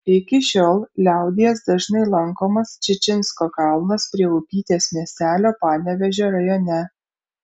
iki šiol liaudies dažnai lankomas čičinsko kalnas prie upytės miestelio panevėžio rajone